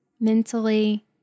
mentally